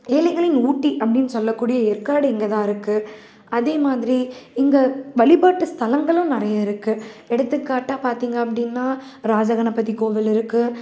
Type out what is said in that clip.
ஏழைகளின் ஊட்டி அப்டின்னு சொல்லக்கூடிய ஏற்காடு இங்கே தான் இருக்கு அதேமாதிரி இங்கே வழிபாட்டு ஸ்தலங்களும் நிறைய இருக்கு எடுத்துக்காட்டாக பார்த்திங்க அப்படினா ராஜகணபதி கோவில் இருக்கு